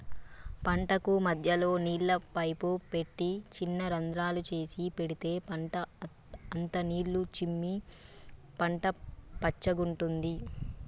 పంటకు మధ్యలో నీళ్ల పైపు పెట్టి చిన్న రంద్రాలు చేసి పెడితే పంట అంత నీళ్లు చిమ్మి పంట పచ్చగుంటది